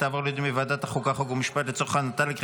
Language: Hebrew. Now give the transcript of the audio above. לוועדת החוקה חוק ומשפט נתקבלה.